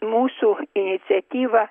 mūsų iniciatyva